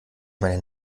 meine